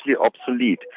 obsolete